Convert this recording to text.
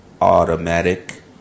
automatic